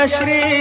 Shri